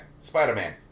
spider-man